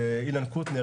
אילן קוטנר,